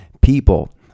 People